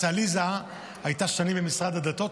עליזה הייתה שנים במשרד הדתות,